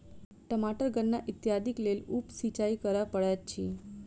टमाटर गन्ना इत्यादिक लेल उप सिचाई करअ पड़ैत अछि